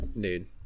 dude